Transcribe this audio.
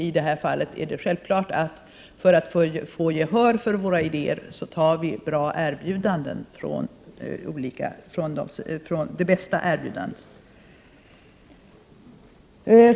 I det här fallet är det självklart att vi, för att få gehör för våra idéer, tar de bästa erbjudandena.